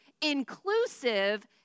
inclusive